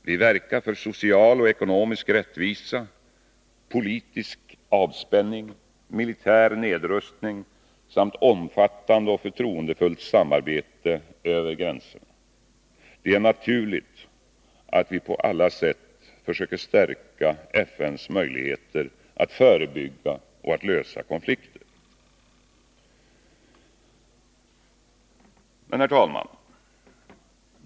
Vi verkar för social och ekonomisk rättvisa, politisk avspänning, militär nedrustning samt omfattande och förtroendefullt samarbete över gränserna. Det är naturligt att vi på alla sätt försöker stärka FN:s möjligheter att förebygga och lösa konflikter. Herr talman!